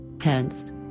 hence